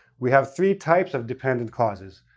we have three types of dependent clauses.